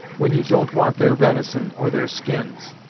when you don't want their venison, or their skins.